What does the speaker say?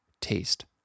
taste